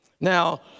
Now